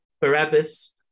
Barabbas